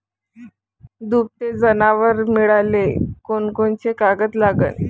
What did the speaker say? दुभते जनावरं मिळाले कोनकोनचे कागद लागन?